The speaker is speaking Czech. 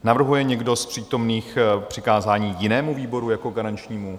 Navrhuje někdo z přítomných přikázání jinému výboru jako garančnímu?